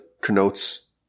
connotes